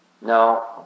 No